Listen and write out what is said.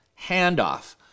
handoff